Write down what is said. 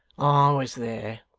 i was there.